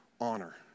honor